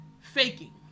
faking